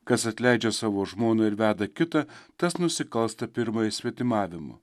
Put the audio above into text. kas atleidžia savo žmoną ir veda kitą tas nusikalsta pirmąjį svetimavimu